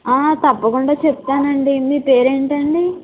తప్పకుండా చెప్తానండీ మీ పేరేంటండీ